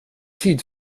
tid